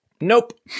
Nope